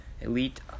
Elite